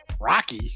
Rocky